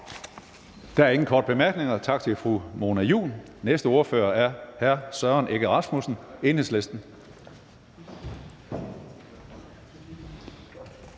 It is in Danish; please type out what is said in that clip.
Der er ingen korte bemærkninger. Tak til fru Mona Juul. Næste ordfører er hr. Søren Egge Rasmussen, Enhedslisten.